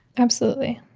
absolutely.